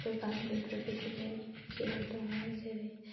गोबां बेफोरबायदिनो खेला दङ जेरै